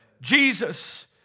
Jesus